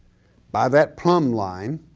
by that plum line,